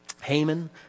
Haman